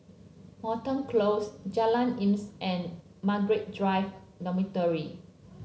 Moreton Close Jalan Isnin and Margaret Drive Dormitory